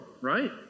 right